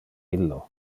illo